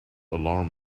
alarm